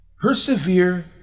persevere